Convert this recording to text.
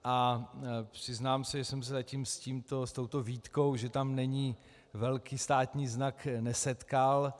A přiznám se, že jsem se zatím s touto výtkou, že tam není velký státní znak, nesetkal.